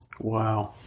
Wow